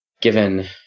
given